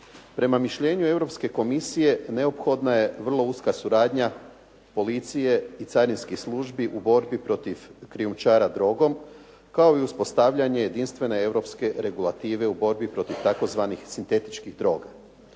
Prema mišljenju Europske komisije neophodna je vrlo uska suradnja policije i carinskih službi u borbi protiv krijumčara drogom kao i uspostavljanje jedinstvene europske regulative u borbi protiv tzv. sintetičkih droga.